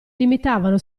limitavano